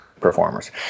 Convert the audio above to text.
performers